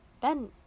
Ben